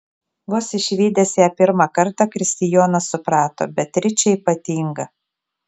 vos išvydęs ją pirmą kartą kristijonas suprato beatričė ypatinga